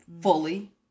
fully